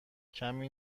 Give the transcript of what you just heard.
کمی